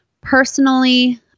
Personally